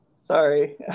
Sorry